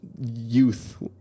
youth